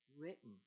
written